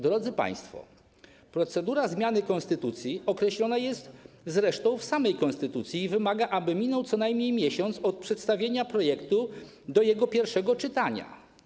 Drodzy państwo, procedura zmiany konstytucji określona jest zresztą w samej konstytucji i wymaga, aby minął co najmniej miesiąc od przedstawienia projektu do jego pierwszego czytania.